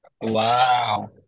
wow